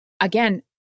again